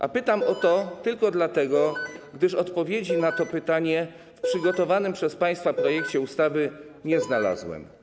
A pytam o to tylko dlatego, że odpowiedzi na to pytanie w przygotowanym przez państwa projekcie ustawy nie znalazłem.